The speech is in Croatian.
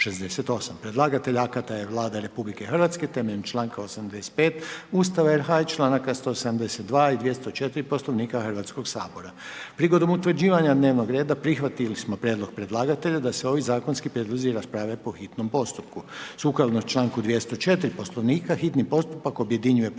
Predlagatelj akata je Vlada RH, temeljem članka 85. Ustava RH i članaka 172. i 204. Poslovnika Hrvatskoga sabora. Prilikom utvrđivanja dnevnog reda prihvatili smo prijedlog predlagatelja da se ovi zakonski prijedlozi rasprave po hitnom postupku. Sukladno članku 204. Poslovnika hitni postupak objedinjuje prvo